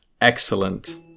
Excellent